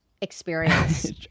experience